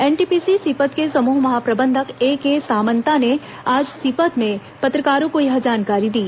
NTPC Sipat के समूह महाप्रबंधक एके सामंता ने आज सीपत में पत्रकारों को यह जानकारी दी